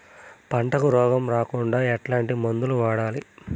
పంటకు రోగం రాకుండా ఎట్లాంటి మందులు వాడాలి?